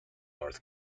north